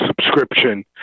subscription